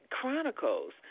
Chronicles